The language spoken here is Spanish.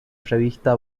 revista